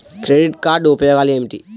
Credit card ఉపయోగాలు ఏమిటి?